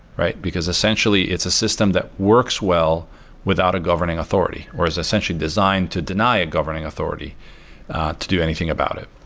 right? because, essentially, it's a system that works well without a governing authority, where it's essentially designed to deny a governing authority to do anything about it.